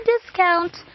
discount